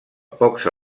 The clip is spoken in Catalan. pocs